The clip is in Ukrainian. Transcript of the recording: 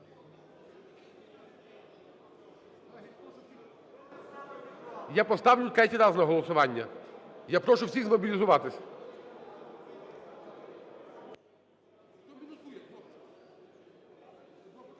я поставлю третій раз на голосування. Я прошу всіхзмобілізуватися.